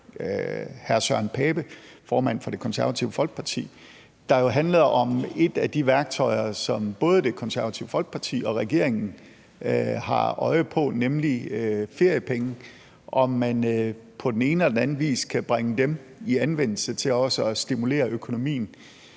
hr. Søren Pape Poulsen, formanden for Det Konservative Folkeparti, der handlede om et af de værktøjer, som både Det Konservative Folkeparti og regeringen har øje på, nemlig feriepengene, og om man på den ene eller den anden vis kan bringe dem i anvendelse til også at stimulere økonomien.